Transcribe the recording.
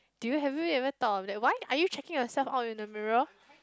do you have you ever thought of that why are you checking yourself out in the mirror